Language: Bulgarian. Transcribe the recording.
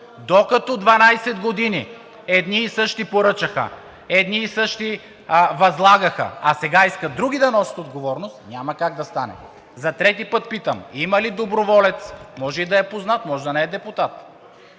Докато 12 години едни и същи поръчваха, едни и същи възлагаха, а сега искат други да носят отговорност, няма как да стане. За трети път питам: има ли доброволец, може и да е познат, може да не е депутат?